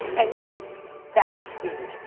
and eat fast food.